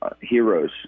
heroes